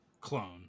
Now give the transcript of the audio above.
clone